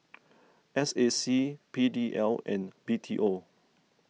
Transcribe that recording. S A C P D L and B T O